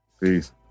Peace